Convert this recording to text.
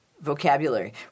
vocabulary